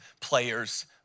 players